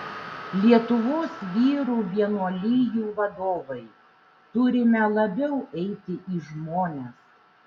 lietuvos vyrų vienuolijų vadovai turime labiau eiti į žmones